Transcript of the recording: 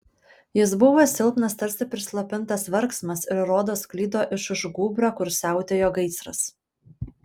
jis buvo silpnas tarsi prislopintas verksmas ir rodos sklido iš už gūbrio kur siautėjo gaisras